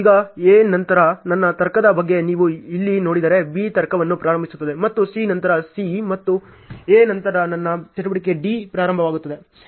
ಈಗ A ನಂತರ ನನ್ನ ತರ್ಕದ ಬಗ್ಗೆ ನೀವು ಇಲ್ಲಿ ನೋಡಿದರೆ B ತರ್ಕವನ್ನು ಪ್ರಾರಂಭಿಸುತ್ತಿದೆ ಮತ್ತು C ನಂತರ C ಮತ್ತು A ನಂತರ ನನ್ನ ಚಟುವಟಿಕೆ D ಪ್ರಾರಂಭವಾಗುತ್ತಿದೆ